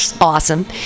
awesome